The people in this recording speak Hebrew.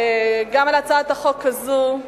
גם על הצעת החוק הזאת,